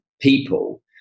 people